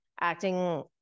acting